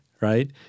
right